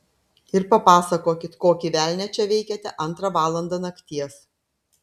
ir papasakokit kokį velnią čia veikiate antrą valandą nakties